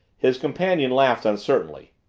his companion laughed uncertainly.